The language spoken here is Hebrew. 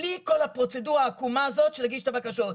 בלי כל הפרוצדורה העקומה הזאת של להגיש את הבקשות.